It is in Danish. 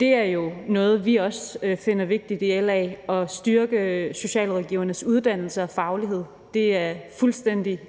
Det er jo noget, vi også finder vigtigt i LA, altså at styrke socialrådgivernes uddannelse og faglighed. Det er fuldstændig